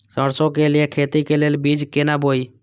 सरसों के लिए खेती के लेल बीज केना बोई?